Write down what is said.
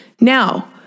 Now